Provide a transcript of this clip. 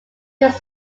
was